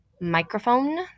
microphone